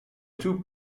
two